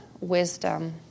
wisdom